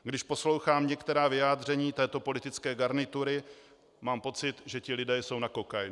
Když poslouchám některá vyjádření této politické garnitury, mám pocit, že ti lidé jsou na kokainu.